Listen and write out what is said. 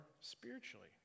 spiritually